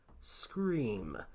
Scream